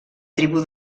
tribu